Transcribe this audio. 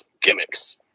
gimmicks